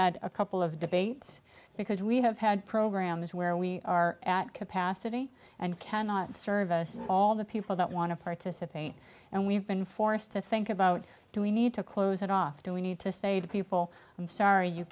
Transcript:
had a couple of debate because we have had programs where we are at capacity and cannot service all the people that want to participate and we've been forced to think about do we need to close it off do we need to say to people i'm sorry you